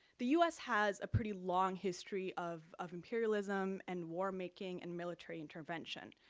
the us has a pretty long history of of imperialism and war making and military intervention,